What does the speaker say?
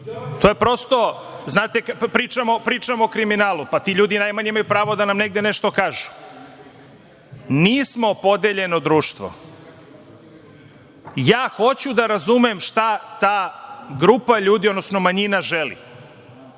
To je prosto. Znate, pričamo o kriminalu. Pa, ti ljudi najmanje imaju pravo da nam negde nešto kažu. Nismo podeljeno društvo. Ja hoću da razumem šta ta grupa ljudi, odnosno manjina, želi.